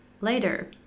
later